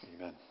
amen